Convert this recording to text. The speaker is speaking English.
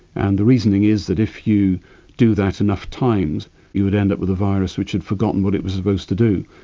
and the reasoning is that if you do that enough times you would end up with a virus which had forgotten what it was supposed to do.